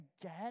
again